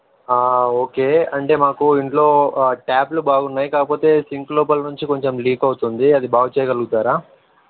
okay అంటే మాకు ఇంట్లో ట్యాపులు బాగున్నాయి కాకపోతే సింక్ లోపల నుంచి కొంచెం లీక్ అవుతుంది అది బాగు చేయగలుగుతారా